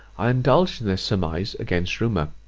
i indulged this surmise against rumour,